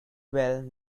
well